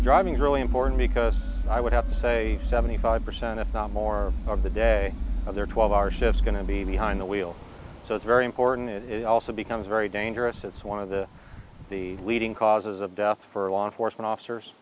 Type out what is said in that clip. driving is really important because i would have to say seventy five percent if not more of the day of their twelve hour shift going to be behind the wheel so it's very important that it also becomes very dangerous it's one of the the leading causes of death for law enforcement officers